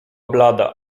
blada